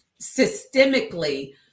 systemically